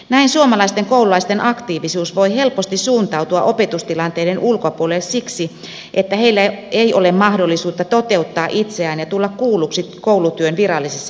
näin suomalaisten koululaisten aktiivisuus voi helposti suuntautua opetustilanteiden ulkopuolelle siksi että heillä ei ole mahdollisuutta toteuttaa itseään ja tulla kuulluksi koulutyön virallisessa ytimessä